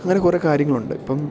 അങ്ങനെ കുറേ കാര്യങ്ങളുണ്ട് ഇപ്പം